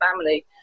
family